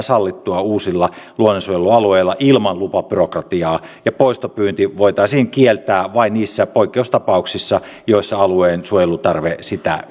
sallittua uusilla luonnonsuojelualueilla ilman lupabyrokratiaa ja poistopyynti voitaisiin kieltää vain niissä poikkeustapauksissa joissa alueen suojelutarve sitä